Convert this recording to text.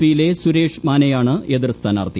P യിലെ സുരേഷ് മാനേയാണ് എതിർസ്ഥാനാർത്ഥി